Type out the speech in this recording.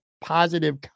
positive